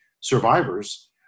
survivors